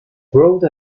wrote